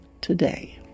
today